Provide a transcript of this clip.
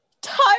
Time